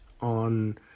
on